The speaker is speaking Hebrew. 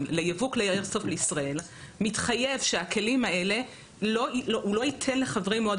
לייבוא כלי איירסופט לישראל מתחייב שהוא לא ייתן לחברי מועדון